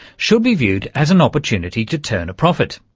should be viewed as an opportunity to turn a profit.